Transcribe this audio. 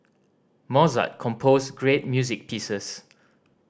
Mozart composed great music pieces